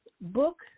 book